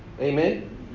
Amen